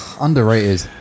underrated